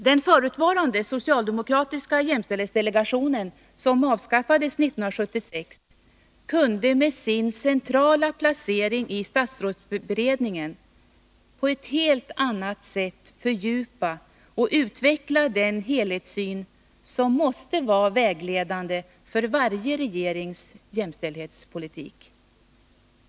Den förutvarande socialdemokratiska jämställdhetsdelegationen, som avskaffades 1976, kunde med sin centrala placering i statsrådsberedningen på ett helt annat sätt fördjupa och utveckla den helhetssyn som måste vara vägledande för varje regerings jämställdhetspolitik.